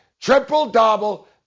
triple-double